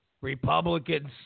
Republicans